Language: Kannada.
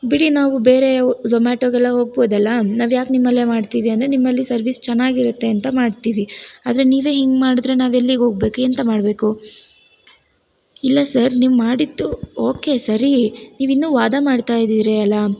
ಬಿಡಿ ನಾವು ಬೇರೆ ಅವು ಜೋಮ್ಯಾಟೋಗೆಲ್ಲ ಹೋಗ್ಬೋದಲ್ವ ನಾವು ಯಾಕೆ ನಿಮ್ಮಲ್ಲೇ ಮಾಡ್ತೀವಿ ಅಂದರೆ ನಿಮ್ಮಲ್ಲಿ ಸರ್ವೀಸ್ ಚೆನ್ನಾಗಿರುತ್ತೆ ಅಂತ ಮಾಡ್ತೀವಿ ಆದರೆ ನೀವೇ ಹಿಂಗೆ ಮಾಡಿದ್ರೆ ನಾವು ಎಲ್ಲಿಗೆ ಹೋಗ್ಬೇಕು ಎಂತ ಮಾಡಬೇಕು ಇಲ್ಲ ಸರ್ ನೀವು ಮಾಡಿದ್ದು ಓಕೆ ಸರಿ ನೀವು ಇನ್ನೂ ವಾದ ಮಾಡ್ತಾಯಿದ್ದೀರಿ ಅಲ್ವಾ